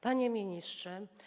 Panie Ministrze!